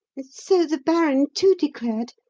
so the baron, too, declared,